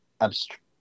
abstract